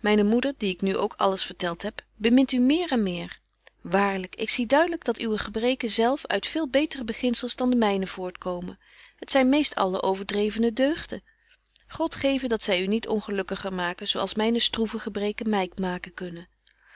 myne moeder die ik nu ook alles vertelt heb bemint u meer en meer waarlyk ik zie duidelyk dat uwe gebreken zelf uit veel beter beginzels dan de mynen voortkomen t zyn meest alle overdrevene deugden god geve dat zy u niet ongelukkiger maken zo als myne stroeve gebreken my maken kunnen